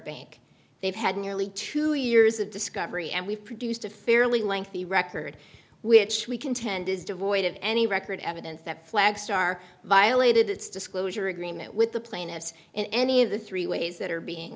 bank they've had nearly two years of discovery and we've produced a fairly lengthy record which we contend is devoid of any record evidence that flag star violated its disclosure agreement with the plaintiffs in any of the three ways that are being